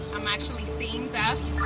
i'm actually seeing deaths.